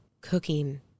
cooking